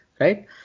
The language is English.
Right